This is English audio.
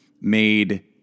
made